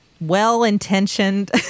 well-intentioned